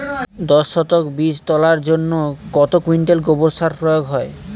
দশ শতক বীজ তলার জন্য কত কুইন্টাল গোবর সার প্রয়োগ হয়?